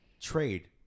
trade